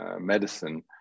medicine